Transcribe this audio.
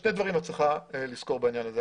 שני דברים את צריכה לזכור בעניין הזה.